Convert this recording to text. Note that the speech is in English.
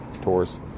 tours